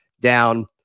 down